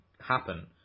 happen